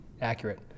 accurate